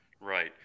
Right